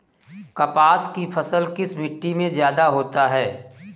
कपास की फसल किस मिट्टी में ज्यादा होता है?